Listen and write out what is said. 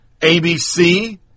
ABC